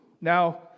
Now